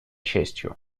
честью